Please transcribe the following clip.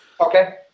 Okay